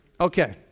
Okay